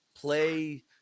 play